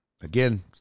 Again